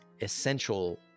essential